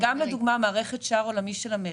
וגם לדוגמה מערכת "שער עולמי" של המכס,